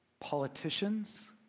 politicians